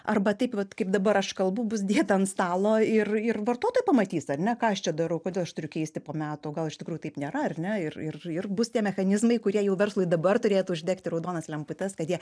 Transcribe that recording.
arba taip vat kaip dabar aš kalbu bus dėta ant stalo ir ir vartotojai pamatys ar ne ką aš čia darau kodėl aš turiu keisti po metų gal iš tikrųjų taip nėra ar ne ir ir ir bus tie mechanizmai kurie jų verslui dabar turėtų uždegti raudonas lemputes kad jie